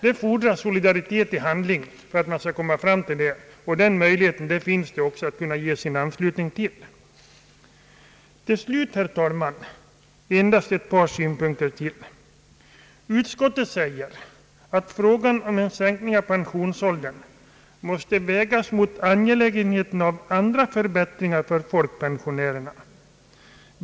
Det fordras solidaritet i handling för att man skall kunna komma fram till det resultatet, och den linjen finns det möjlighet att ge sin anslutning till. Till slut, herr talman, endast ytterligare ett par synpunkter. Utskottet säger att frågan om en sänkning av pensionsåldern måste vägas mot angelägenheten av andra förbättringar för folkpensionärerna.